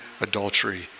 adultery